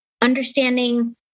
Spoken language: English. understanding